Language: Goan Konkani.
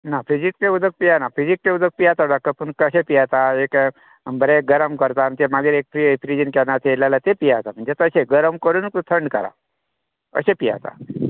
ना फ्रिजींतले उदक पियाना फ्रिजींतले उदक पियाता कशें पियात एक बरें गरम करता मागीर एक पियाता म्हणजे गरम करुनूत थंड कराप अशें पियाता